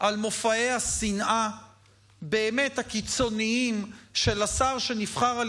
על מופעי השנאה הבאמת-קיצוניים של השר שנבחר על